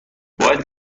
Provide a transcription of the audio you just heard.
باید